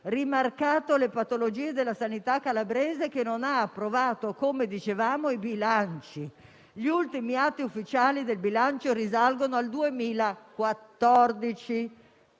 rimarcato le patologie della sanità calabrese, che, come dicevamo, non ha approvato i bilanci. Gli ultimi atti ufficiali del bilancio risalgono al 2014.